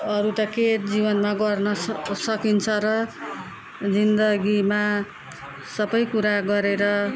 अरू त के जीवनमा गर्न सक सकिन्छ र जिन्दगीमा सबै कुरा गरेर